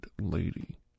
lady